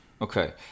Okay